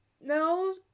no